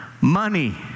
money